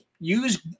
Use